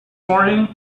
morning